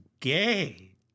gay